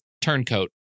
turncoat